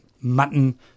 Mutton